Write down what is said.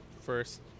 first